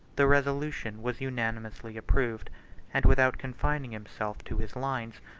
the resolution was unanimously approved and, without confining himself to his lines,